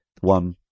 one